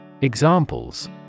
Examples